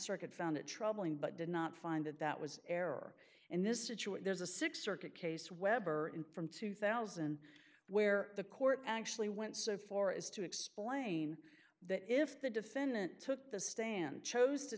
circuit found it troubling but did not find that that was error in this situation there's a six circuit case weber in from two thousand where the court actually went so far as to explain that if the defendant took the stand chose to